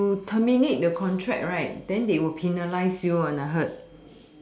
if you terminate the contract right then they will penalize you one I heard